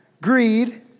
greed